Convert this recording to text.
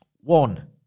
One